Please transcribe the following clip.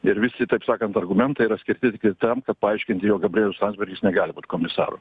ir visi taip sakant argumentai yra skirti tiktai tam kad paaiškinti jog gabrielius landsbergis negali būt komisaru